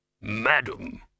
Madam